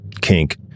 kink